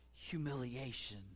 humiliation